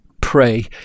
pray